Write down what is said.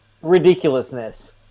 ridiculousness